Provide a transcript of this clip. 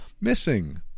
missing